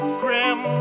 grim